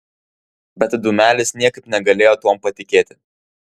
bet dūmelis niekaip negalėjo tuom patikėti